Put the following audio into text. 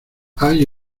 hay